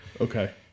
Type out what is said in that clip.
Okay